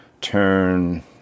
turn